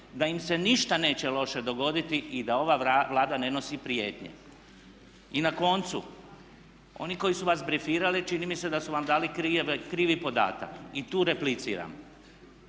da im se ništa neće loše dogoditi i da ova Vlada ne nosi prijetnje. I na koncu, oni koji su vas brifirali čini mi se da su vam dali krivi podatak i tu repliciram.